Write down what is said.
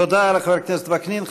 תודה לחבר הכנסת וקנין.